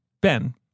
Ben